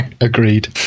Agreed